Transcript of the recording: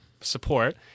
support